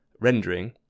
rendering